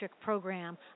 program